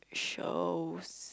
shows